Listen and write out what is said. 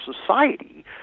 society